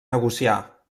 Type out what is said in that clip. negociar